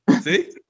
See